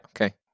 okay